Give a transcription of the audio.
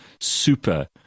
super